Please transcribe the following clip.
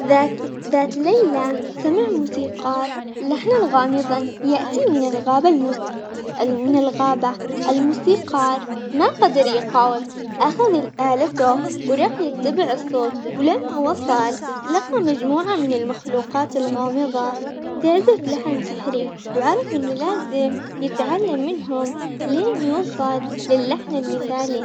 ذات ذات ليلة سمع موسيقار لحناً غامضاً يأتي من الغابة المج- الغابة الموسيقار ما قدر يقاوم، أخذ آلته وراح يتبع الصوت ولما وصل لقى مجموعة من المخلوقات الغامضة تعزف لحن سحري، وعرف إنه لازم يتعلم منهم لين يوصل للحن المثالي.